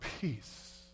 peace